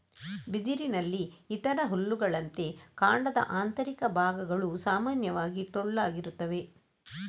ಬಿದಿರಿನಲ್ಲಿ ಇತರ ಹುಲ್ಲುಗಳಂತೆ, ಕಾಂಡದ ಆಂತರಿಕ ಭಾಗಗಳು ಸಾಮಾನ್ಯವಾಗಿ ಟೊಳ್ಳಾಗಿರುತ್ತವೆ